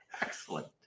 Excellent